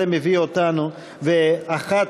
וזה מביא אותנו, ו-1?